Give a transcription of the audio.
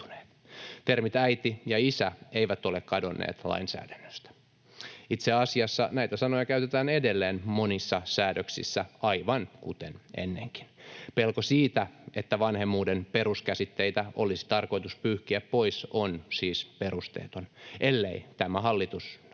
Termit ”äiti” ja ”isä” eivät ole kadonneet lainsäädännöstä. Itse asiassa näitä sanoja käytetään edelleen monissa säädöksissä aivan kuten ennenkin. Pelko siitä, että vanhemmuuden peruskäsitteitä olisi tarkoitus pyyhkiä pois, on siis perusteeton, ellei tämä hallitus